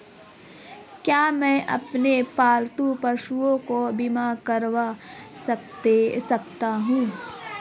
क्या मैं अपने पालतू पशुओं का बीमा करवा सकता हूं?